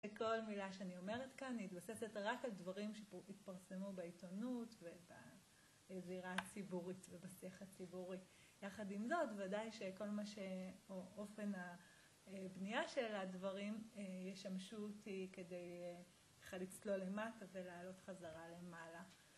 וכל מילה שאני אומרת כאן מתבססת רק על דברים שהתפרסמו בעיתונות, ובזירה הציבורית ובשיח הציבורי. יחד עם זאת, ודאי שכל מה ש... או אופן הבנייה של הדברים ישמשו אותי כדי לצלול למטה ולעלות חזרה למעלה.